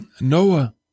Noah